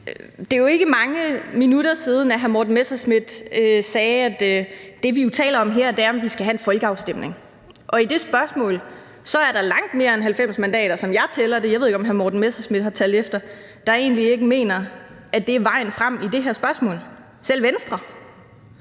det er jo ikke mange minutter siden, hr. Morten Messerschmidt sagde, at det, som vi taler om her, er, om vi skal have en folkeafstemning, og i det spørgsmål er der langt mere end 90 mandater, som jeg tæller det – jeg ved ikke, om hr. Morten Messerschmidt har talt efter – der egentlig ikke mener, at det er vejen frem, selv Venstre.